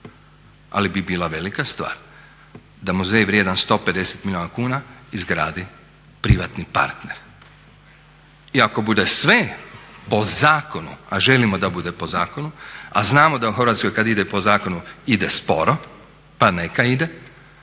ali bi bila velika stvar da muzej vrijedan 150 milijuna kuna izgradi privatni partner. I ako bude sve po zakonu a želimo da bude po zakonu, a znamo da u Hrvatskoj kada ide po zakonu ide sporo, pa neka ide,